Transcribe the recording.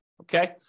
okay